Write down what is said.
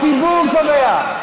הציבור קובע,